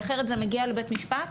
כי אחרת זה מגיע לבית המשפט,